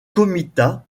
comitat